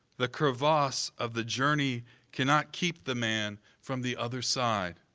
the crevasse of the journey cannot keep the man from the other side.